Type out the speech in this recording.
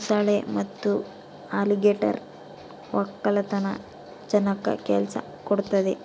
ಮೊಸಳೆ ಮತ್ತೆ ಅಲಿಗೇಟರ್ ವಕ್ಕಲತನ ಜನಕ್ಕ ಕೆಲ್ಸ ಕೊಡ್ತದೆ